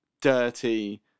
dirty